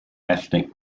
ethnic